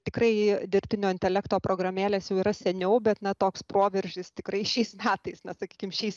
tikrai dirbtinio intelekto programėlės jau yra seniau bet ne toks proveržis tikrai šiais metais na sakykim šiais